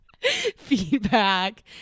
feedback